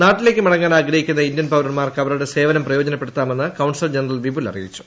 നാട്ടിലേക്കു മടങ്ങാൻ ആഗ്രഹിക്കുന്ന ഇന്ത്യൻ പൌരന്മാർക്ക് ഇവരുടെ സേവനം പ്രയോജനപ്പെടുത്താമെന്ന് കോൺസിൽ ജനറൽ വിപുൽ അറിയിച്ചു